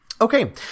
Okay